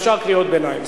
אפשר קריאות ביניים.